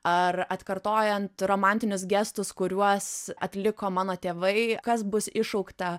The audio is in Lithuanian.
ar atkartojant romantinius gestus kuriuos atliko mano tėvai kas bus iššaukta